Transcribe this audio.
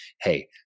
Hey